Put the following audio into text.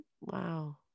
Wow